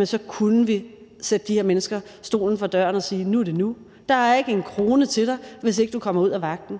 det, kunne vi sætte de her mennesker stolen for døren og sige: Nu er det nu, der er ikke en krone til dig, hvis ikke du kommer ud af vagten.